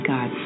God